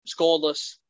scoreless